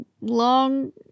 long